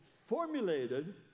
formulated